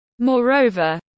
Moreover